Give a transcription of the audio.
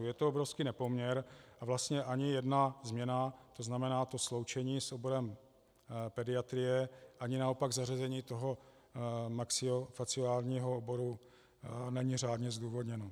Je to obrovský nepoměr a vlastně ani jedna změna, to znamená to sloučení s oborem pediatrie, ani naopak zařazení toho maxilofaciálního oboru není řádně zdůvodněno.